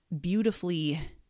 beautifully